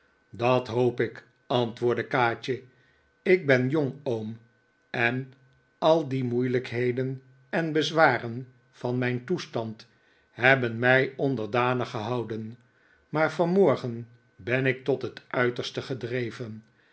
dat hoop ik antwoordde kaatje ik ben jong oom en al de moeilijkheden en bezwaren van mijn toestand hebben mij onderdanig gehouden maar vanmorgen ben ik tot het uiterste gedreven